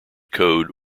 code